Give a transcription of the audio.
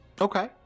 okay